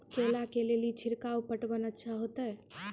केला के ले ली छिड़काव पटवन अच्छा होते?